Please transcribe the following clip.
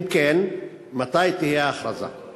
2. אם כן, מתי תהיה ההכרזה על הבחירות?